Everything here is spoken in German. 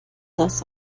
das